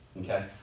okay